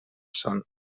són